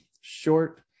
short